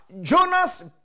Jonas